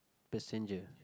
passenger